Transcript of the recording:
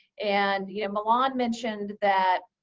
and you know milan mentioned that